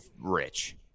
rich